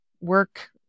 work